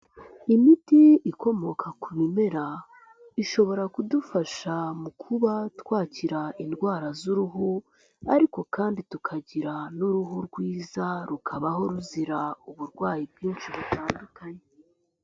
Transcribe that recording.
Imiti ikomoka ku bimera, ishobora kudufasha mu kuba twakira indwara z'uruhu, ariko kandi tukagira n'uruhu rwiza rukabaho ruzira uburwayi bwinshi butandukanye.